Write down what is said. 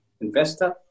investor